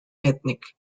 ethnic